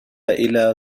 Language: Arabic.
إلى